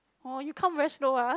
oh you count very slow ah